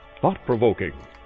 thought-provoking